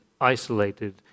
isolated